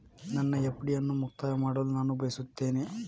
ನನ್ನ ಎಫ್.ಡಿ ಅನ್ನು ಮುಕ್ತಾಯ ಮಾಡಲು ನಾನು ಬಯಸುತ್ತೇನೆ